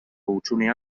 hutsunea